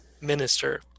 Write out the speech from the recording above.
minister